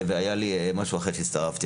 והיה לי משהו אחר שהצטרפתי,